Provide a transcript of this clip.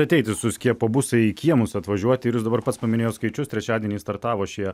ateiti su skiepobusai į kiemus atvažiuoti ir jūs dabar pats paminėjot skaičius trečiadienį startavo šie